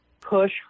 Push